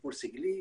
פיגור שכלי,